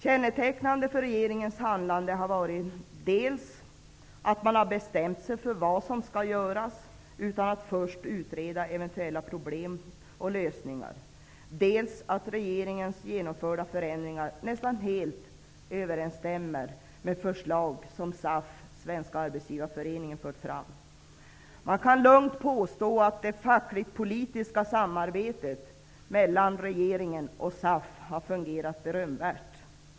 Kännetecknande för regeringens handlande har varit dels att regeringen har bestämt sig för vad som skall göras utan att först utreda eventuella problem och lösningar, dels att regeringens genomförda förändringar nästan helt överensstämmer med de förslag som SAF, Svenska Arbetsgivareföreningen, har fört fram. Man kan lugnt påstå att det fackligtpolitiska samarbetet mellan regeringen och SAF har fungerat berömvärt.